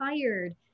tired